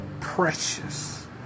precious